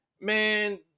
man